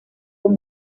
con